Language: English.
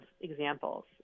examples